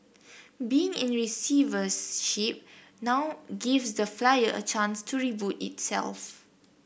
being in receivership now gives the flyer a chance to reboot itself